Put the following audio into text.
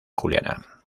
juliana